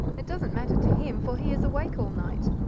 it doesn't matter to him, for he is awake all night,